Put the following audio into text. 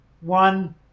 One